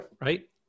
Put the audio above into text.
right